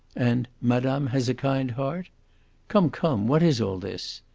and madame has a kind heart come, come, what is all this?